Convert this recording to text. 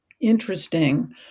interesting